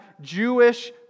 Jewish